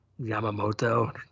Yamamoto